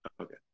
Okay